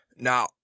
Now